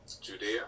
Judea